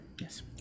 yes